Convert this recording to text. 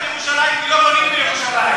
כי לא בונים בירושלים.